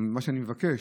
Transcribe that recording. מה שאני מבקש,